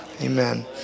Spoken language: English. Amen